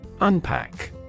Unpack